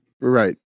Right